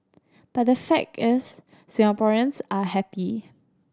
but the fact is Singaporeans are happy